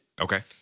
Okay